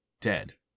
dead